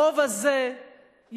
הרוב הזה ינצח